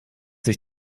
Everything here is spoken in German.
sich